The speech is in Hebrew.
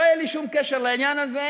לא היה לי שום קשר לעניין הזה,